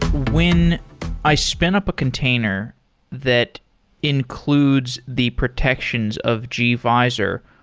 when i spin up a container that includes the protections of gvisor.